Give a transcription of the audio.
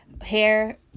hair